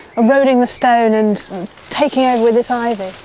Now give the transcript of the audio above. eroding the stone and taking over with this.